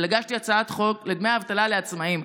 הגשתי הצעת חוק לדמי אבטלה לעצמאים,